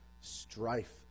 strife